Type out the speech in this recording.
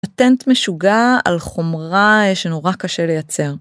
פטנט משוגע על חומרה שנורא קשה לייצר.